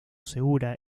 segura